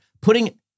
putting